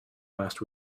last